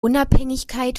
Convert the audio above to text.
unabhängigkeit